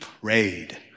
prayed